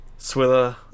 Swither